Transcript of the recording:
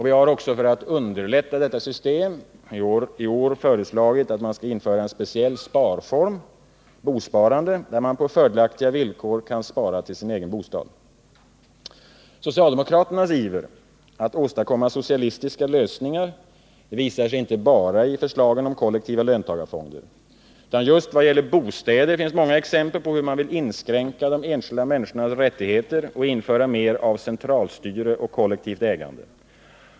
Vi har för att underlätta detta system i år föreslagit att man skall införa en speciell sparform, bosparande, där det är möjligt att på fördelaktiga villkor kunna spara till sin egen bostad. Socialdemokraternas iver att åstadkomma socialistiska lösningar visar sig inte bara i förslagen om kollektiva löntagarfonder. Just vad gäller bostäder finns många exempel på hur de vill inskränka de enskilda människornas rättigheter och införa mer av centralstyre och kollektivt ägande.